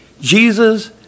Jesus